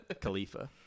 Khalifa